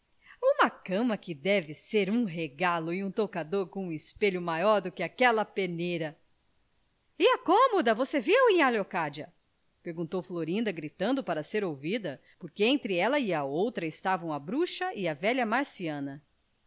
a leocádia uma cama que deve ser um regalo e um toucador com um espelho maior do que aquela peneira e a cômoda você viu nhá leocádia perguntou florinda gritando para ser ouvida porque entre ela e a outra estavam a bruxa e a velha marciana vi